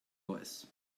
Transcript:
voice